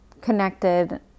connected